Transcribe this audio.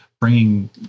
bringing